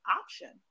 option